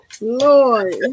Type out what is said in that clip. Lord